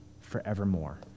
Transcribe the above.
forevermore